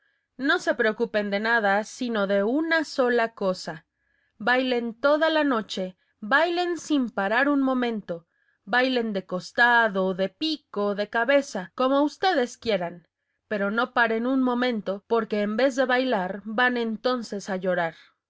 no se preocupen de nada sino de una sola cosa bailen toda la noche bailen sin parar un momento bailen de costado de cabeza como ustedes quieran pero no paren un momento porque en vez de bailar van entonces a llorar